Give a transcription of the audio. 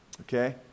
Okay